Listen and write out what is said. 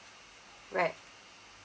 right